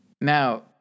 Now